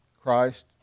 Christ